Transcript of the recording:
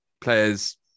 players